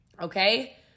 okay